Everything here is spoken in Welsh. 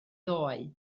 ddoe